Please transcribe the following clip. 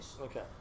Okay